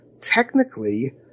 technically